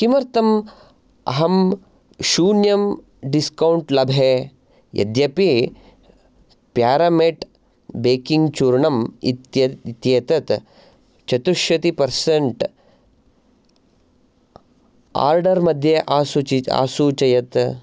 किमर्थम् अहं शून्यं डिस्कौण्ट् लभे यद्यपि प्यारमेट् बेकिङ्ग् चूर्णम् इत्यत् इत्येतत् चतुश्शति पर्सेंट् आर्डर् मध्ये असूचयत्